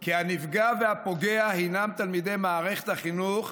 כי הנפגע והפוגע הינם תלמידי מערכת החינוך,